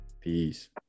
Peace